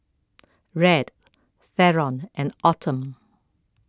Red theron and Autumn